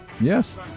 Yes